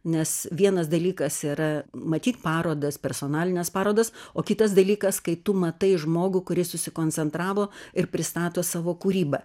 nes vienas dalykas yra matyt parodas personalines parodas o kitas dalykas kai tu matai žmogų kuris susikoncentravo ir pristato savo kūrybą